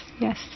yes